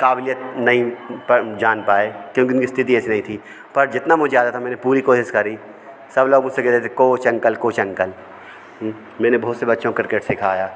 क़ाबलियत नहीं पर जान पाए क्योंकि उनकी स्थिति ऐसी नहीं थी पर जितना मुझे आता था मैंने पूरी कोशिश करी सब लोग मुझसे कह रहे थे कोच अंकल कोच अंकल मैंने बहउत से बच्चों को किर्केट सिखाया